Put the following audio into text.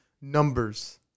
numbers